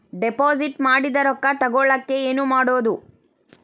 Deposit ಮಾಡಿದ ರೊಕ್ಕ ತಗೋಳಕ್ಕೆ ಏನು ಮಾಡೋದು?